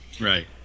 Right